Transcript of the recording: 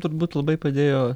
turbūt labai padėjo